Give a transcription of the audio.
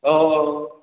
औ औ